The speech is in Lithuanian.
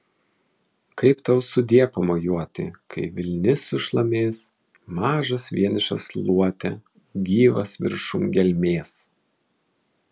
kaip tau sudie pamojuoti kai vilnis sušlamės mažas vienišas luote gyvas viršum gelmės